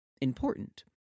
important